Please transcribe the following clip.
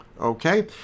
Okay